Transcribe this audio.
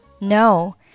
No